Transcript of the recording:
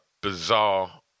bizarre